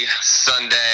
Sunday